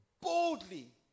boldly